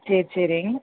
சரி சேரிங்க